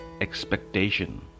expectation